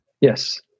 Yes